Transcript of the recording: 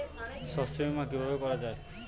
শস্য বীমা কিভাবে করা যায়?